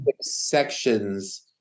sections